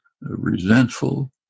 resentful